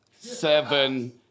seven